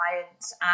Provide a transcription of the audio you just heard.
clients